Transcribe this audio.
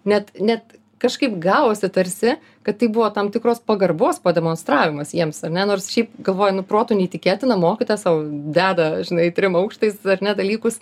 net net kažkaip gavosi tarsi kad tai buvo tam tikros pagarbos pademonstravimas jiems ar ne nors šiaip galvoju nu protu neįtikėtina mokytojas sau deda žinai trim aukštais ar ne dalykus